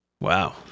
wow